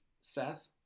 seth